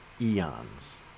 eons